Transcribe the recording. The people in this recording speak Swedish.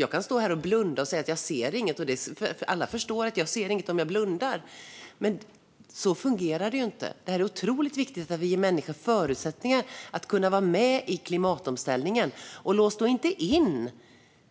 Jag kan stå här och blunda och säga att jag inte ser något. Alla förstår att jag inte ser något om jag blundar. Men så fungerar det inte. Det är otroligt viktigt att vi ger människor förutsättningar att kunna vara med i klimatomställningen. Lås då inte in